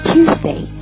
Tuesday